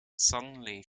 suddenly